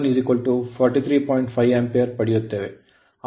5 ampere ಪಡೆಯುತ್ತೇವೆ